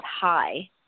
high